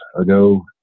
ago